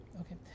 Okay